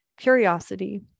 curiosity